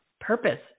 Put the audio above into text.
purpose